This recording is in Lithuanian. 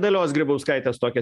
dalios grybauskaitės tokia